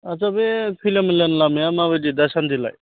आट्चा बे खैला मैलानि लामाया माबायदि दासान्दिलाय